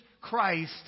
Christ